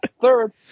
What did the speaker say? third